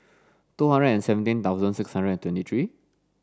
two hundred and seventeen thousand six hundred and twenty three